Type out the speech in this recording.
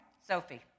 Sophie